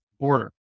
border